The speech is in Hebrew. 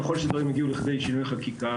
ככל שדברים יגיעו לידי שינויי חקיקה,